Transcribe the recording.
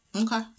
Okay